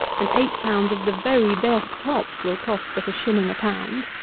and eight pounds of the very best hops will cost but a shilling a pound.